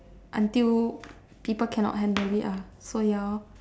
until people cannot handle it ah so ya lor